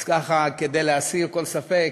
כך שלהסיר כל ספק,